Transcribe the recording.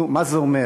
נו, מה זה אומר?